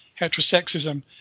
heterosexism